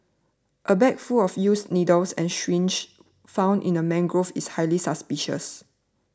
a bag full of used needles and syringes found in a mangrove is highly suspicious